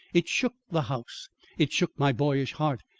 it shook the house it shook my boyish heart,